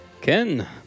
Ken